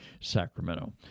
Sacramento